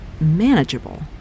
manageable